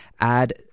add